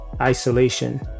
isolation